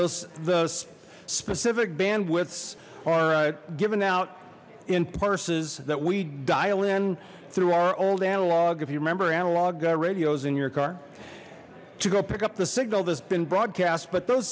those those specific bandwidths are given out in parses that we dial in through our old analog if you remember analog radios in your car to go pick up the signal that's been broadcast but those